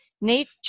Nature